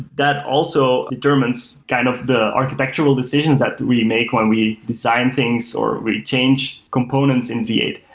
that also determines kind of the architectural decisions that that we make when we design things or we change components in v eight,